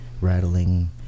rattling